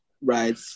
right